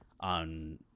on